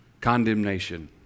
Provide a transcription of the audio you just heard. condemnation